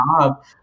job